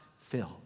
fill